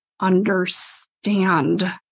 understand